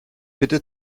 bitte